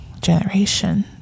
generation